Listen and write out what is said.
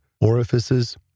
orifices